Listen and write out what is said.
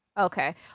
Okay